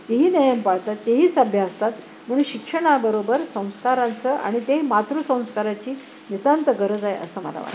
ते ही नियम पाळतात तेही सभ्य असतात म्हणून शिक्षणा बरोबर संस्कारांचं आणि तेही मातृसंस्काराची नितांत गरज आहे असं मला वाटतं